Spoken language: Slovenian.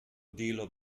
delo